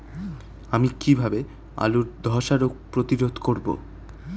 আমি কিভাবে আলুর ধ্বসা রোগ প্রতিরোধ করব?